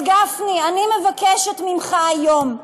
אז, גפני, אני מבקשת ממך היום,